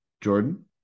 jordan